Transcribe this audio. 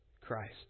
Christ